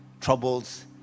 troubles